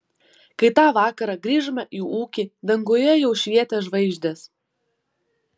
kai tą vakarą grįžome į ūkį danguje jau švietė žvaigždės